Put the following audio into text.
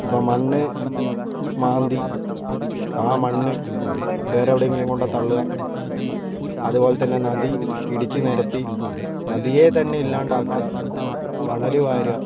ഇപ്പോൾ മണ്ണ് മാന്തി ആ മണ്ണ് വേറെ എവിടെയെങ്കിലും കൊണ്ട് തള്ളുക അതുപോലെ തന്നെ നദി ഇടിച്ചു നിരത്തി നദിയെ തന്നെ ഇല്ലാതെ ആക്കുക മണൽ വാരുക